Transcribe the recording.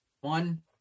one